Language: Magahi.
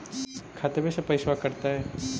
खतबे से पैसबा कटतय?